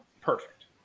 Perfect